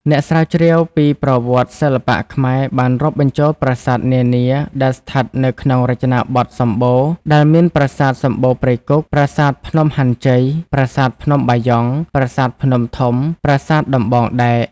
អ្នកស្រាវជ្រាវពីប្រវត្តិ សិល្បៈខ្មែរបានរាប់បញ្ចូលប្រាសាទនានាដែលស្ថិតនៅក្នុងរចនាបថសម្បូណ៌ ដែលមានប្រាសាទសម្បូណ៌ព្រៃគុហ៍ ប្រាសាទភ្នំហាន់ជ័យ ប្រាសាទភ្នំបាយ៉ង់ ប្រាសាទភ្នំធំ ប្រាសាទដំបងដែក ។